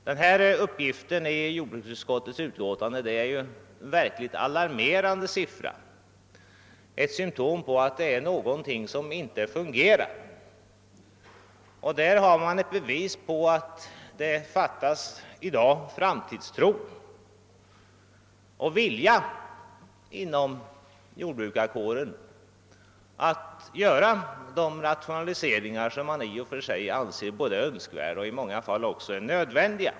Denna uppgift i jordbruksutskottets utlåtande är verkligen alarmerande och utgör ett symtom på att det är någonting som inte fungerar. Man får här ett bevis på att det i dag saknas framtidstro och vilja inom jordbrukarkåren att vidta de rationaliseringar som i och för sig anses önskvärda och som också i många fall är nödvändiga.